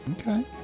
Okay